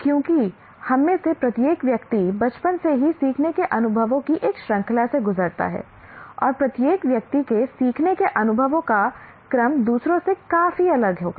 क्योंकि हममें से प्रत्येक व्यक्ति बचपन से ही सीखने के अनुभवों की एक श्रृंखला से गुजरता है और प्रत्येक व्यक्ति के सीखने के अनुभवों का क्रम दूसरों से काफी अलग होगा